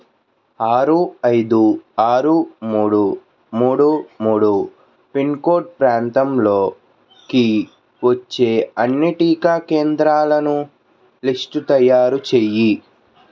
ఆరు ఐదు ఆరు మూడు మూడు మూడు పిన్ కోడ్ ప్రాంతంలోకి వచ్చే అన్ని టీకా కేంద్రాలను లిస్టు తయారు చెయ్యి